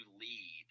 lead